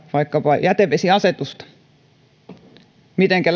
vaikkapa jätevesiasetusta että mitenkä